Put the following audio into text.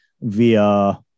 via